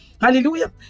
Hallelujah